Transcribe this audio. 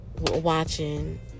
watching